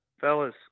Fellas